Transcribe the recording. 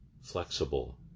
flexible